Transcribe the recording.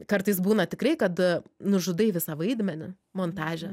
kartais būna tikrai kad nužudai visą vaidmenį montaže